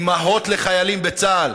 אימהות לחיילים בצה"ל,